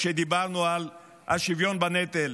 כשדיברנו על השוויון בנטל,